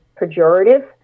pejorative